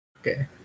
Okay